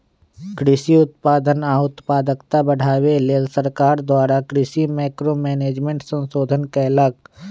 कृषि उत्पादन आ उत्पादकता बढ़ाबे लेल सरकार कृषि मैंक्रो मैनेजमेंट संशोधन कएलक